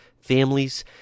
families